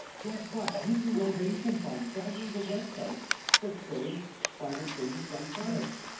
guess what, you can go there, you can find dozens of websites that say climate change is junk science.